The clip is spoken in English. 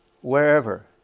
wherever